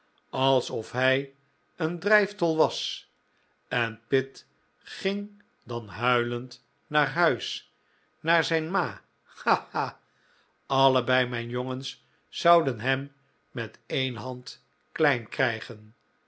alsof hij een drijftol was en pitt ging dan huilend naar huis naar zijn ma ha ha allebei mijn jongens zouden hem met een hand klein krijgen